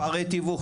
פערי תיווך,